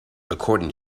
according